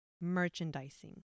merchandising